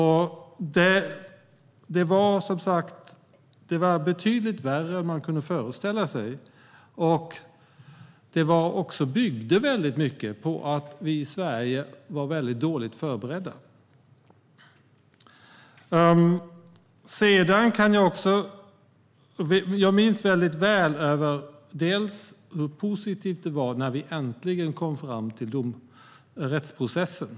Det var, som sagt, betydligt värre än man kunde föreställa sig, och det byggde mycket på att vi i Sverige var mycket dåligt förberedda. Jag minns mycket väl hur positivt det var när vi äntligen kom fram till rättsprocessen.